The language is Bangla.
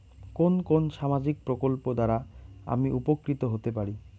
কোন কোন সামাজিক প্রকল্প দ্বারা আমি উপকৃত হতে পারি?